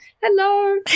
hello